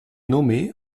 nommé